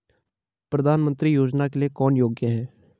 प्रधानमंत्री योजना के लिए कौन योग्य है?